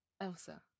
Elsa